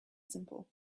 simple